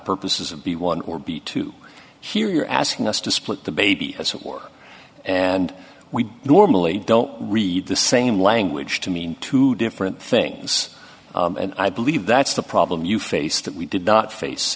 purposes of the one or b to hear you're asking us to split the baby as a war and we normally don't read the same language to mean two different things and i believe that's the problem you face that we did not face